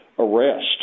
arrest